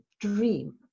dream